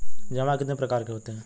जमा कितने प्रकार के होते हैं?